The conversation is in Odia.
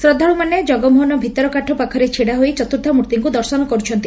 ଶ୍ରଦ୍ବାଳୁମାନେ ଜଗମୋହନ ଭିତରକାଠ ପାଖରେ ଛିଡାହୋଇ ଚତୁର୍ବ୍ଧାମ୍ର୍ଭିଙ୍କୁ ଦର୍ଶନ କରୁଛନ୍ତି